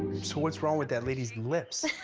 so what's wrong with that lady's lips?